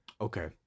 Okay